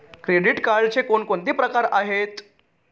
Credit कार्डचे कोणकोणते प्रकार आहेत?